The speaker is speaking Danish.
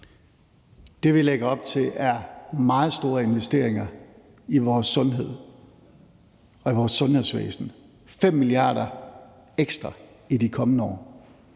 Det, vi lægger op til, er meget store investeringer i vores sundhed og i vores sundhedsvæsen – 5 mia. kr. ekstra i de kommende år.